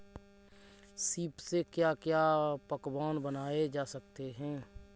सीप से क्या क्या पकवान बनाए जा सकते हैं?